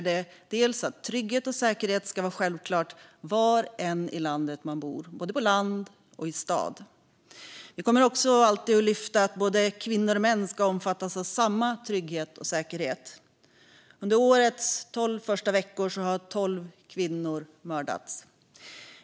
Det är att trygghet och säkerhet ska vara självklart var än i landet man bor, både på landet och i staden. Vi kommer också alltid att lyfta fram att både kvinnor och män ska omfattas av samma trygghet och säkerhet. Under årets tolv första veckor har tolv kvinnor mördats.